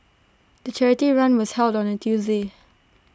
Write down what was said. the charity run was held on A Tuesday